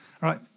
right